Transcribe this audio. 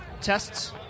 tests